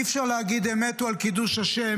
אי-אפשר להגיד: הם מתו על קידוש השם,